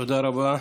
תודה רבה.